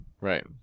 Right